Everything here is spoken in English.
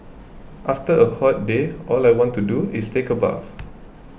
after a hot day all I want to do is take a bath